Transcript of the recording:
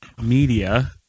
media